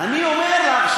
אני אומר לך,